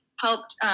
helped